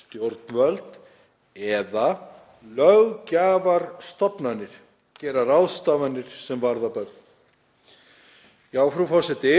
stjórnvöld eða löggjafarstofnanir gera ráðstafanir sem varða börn.“ Frú forseti.